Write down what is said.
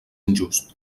injust